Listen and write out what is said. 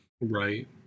Right